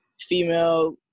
female